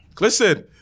Listen